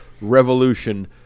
revolution